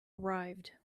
arrived